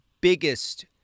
biggest